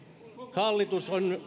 hallitus on